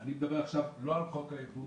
אני מדבר עכשיו לא על חוק הייבוא